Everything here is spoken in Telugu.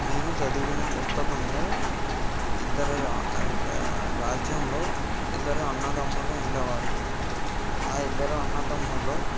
నేను చదివిన పుస్తకంలో ఇద్దరు రాజ్యంలో ఇద్దరు అన్నదమ్ములు ఉండేవారు ఆ ఇద్దరు అన్నదమ్ముల్లో